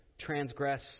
transgress